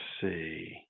see